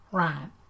right